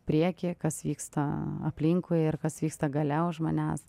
priekyje kas vyksta aplinkui ir kas vyksta gale už manęs